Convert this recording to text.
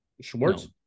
Schwartz